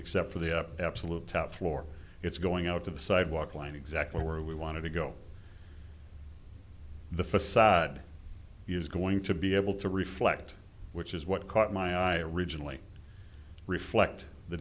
except for the absolute top floor it's going out to the sidewalk line exactly where we want to go the facade is going to be able to reflect which is what caught my eye originally reflect the